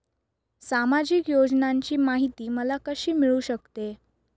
सामाजिक योजनांची माहिती मला कशी मिळू शकते?